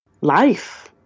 life